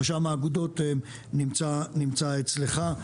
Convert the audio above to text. רשם האגודות נמצא אצלך.